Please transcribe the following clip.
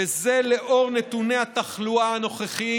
וזה לאור נתוני התחלואה הנוכחיים,